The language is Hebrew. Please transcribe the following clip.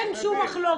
אין שום מחלוקת.